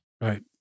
Right